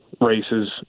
races